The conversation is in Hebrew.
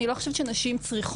אני לא חושבת שנשים צריכות